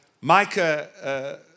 Micah